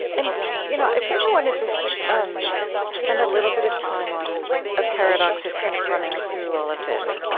and you know i think i want to just um spend a little bit of time on a paradox that's kind of running through all of this,